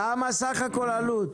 כמה סך הכול עלות?